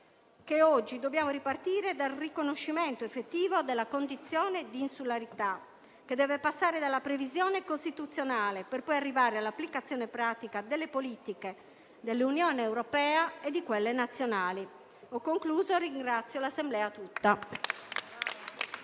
che oggi dobbiamo ripartire dal riconoscimento effettivo della condizione di insularità, che deve passare dalla previsione costituzionale, per poi arrivare all'applicazione pratica delle politiche dell'Unione europea e di quelle nazionali. PRESIDENTE.